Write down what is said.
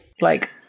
like-